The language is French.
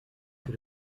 que